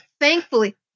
thankfully